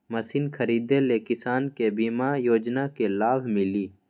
Machine खरीदे ले किसान के बीमा योजना के लाभ मिली?